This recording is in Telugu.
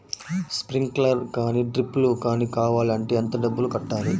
స్ప్రింక్లర్ కానీ డ్రిప్లు కాని కావాలి అంటే ఎంత డబ్బులు కట్టాలి?